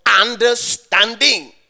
understanding